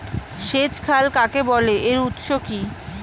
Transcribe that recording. সেচ খাল কাকে বলে এর উৎস কি?